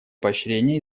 поощрения